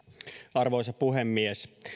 arvoisa puhemies